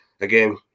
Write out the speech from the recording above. again